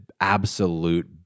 absolute